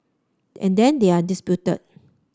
and then they are disputed